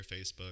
Facebook